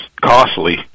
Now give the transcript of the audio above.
costly